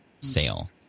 sale